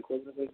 କେଉଁ ଦିନ